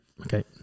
okay